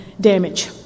damage